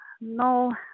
no